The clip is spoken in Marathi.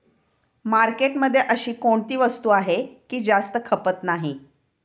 मार्केटमध्ये अशी कोणती वस्तू आहे की जास्त खपत नाही?